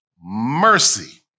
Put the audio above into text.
Mercy